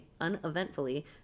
uneventfully